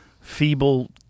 feeble